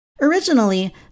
Originally